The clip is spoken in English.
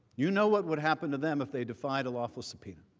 you know what would happen to them if they defied a lawful subpoena.